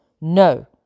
No